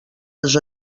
les